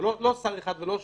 לא שר אחד ולא שניים,